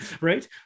right